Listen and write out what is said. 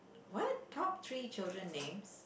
what top three children names